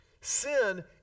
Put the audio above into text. sin